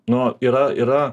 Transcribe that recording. nuo yra yra